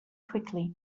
quickly